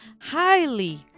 highly